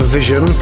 Vision